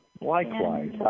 likewise